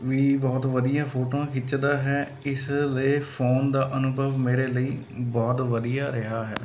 ਵੀ ਬਹੁਤ ਵਧੀਆ ਫੋਟੋਆਂ ਖਿੱਚਦਾ ਹੈ ਇਸ ਲਈ ਫ਼ੋਨ ਦਾ ਅਨੁਭਵ ਮੇਰੇ ਲਈ ਬਹੁਤ ਵਧੀਆ ਰਿਹਾ ਹੈ